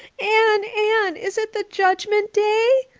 anne, anne, is it the judgment day?